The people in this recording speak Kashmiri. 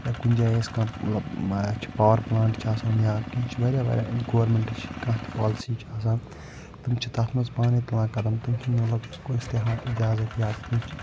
یا کُنہِ جاے آسہِ کانٛہہ مطلب اَسہِ چھِ پاوَر پٕلانٛٹ چھِ آسان یا کیٚنٛہہ چھِ وارِیاہ وارِیاہ اَسہِ گورمٮ۪نٛٹس چھِ کانٛہہ تہِ پالسی چھِ آسان تِم چھِ تتھ منٛز پانَے تُلان قدم تِم چھِنہٕ مطلب کٲنٛسہِ تہِ ہٮ۪وان اِجازت یا کیٚنٛہہ چھِ